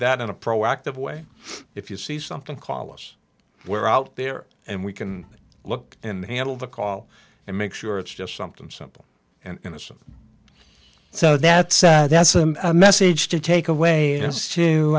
that in a proactive way if you see something call us we're out there and we can look in the handle the call and make sure it's just something simple and innocent so that's that's a message to take away is to